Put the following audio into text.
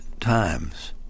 times